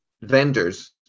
vendors